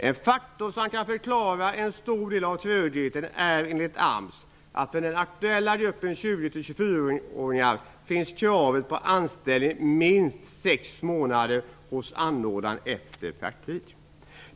En faktor som kan förklara en stor del av trögheten är enligt AMS att det för den aktuella gruppen 20 24-åringar finns ett krav på minst sex månaders anställning hos anordnaren efter praktiken.